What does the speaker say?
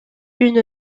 une